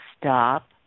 Stop